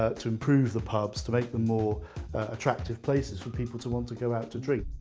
ah to improve the pubs, to make them more attractive places for people to want to go out to drink.